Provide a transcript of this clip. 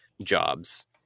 jobs